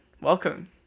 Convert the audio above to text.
welcome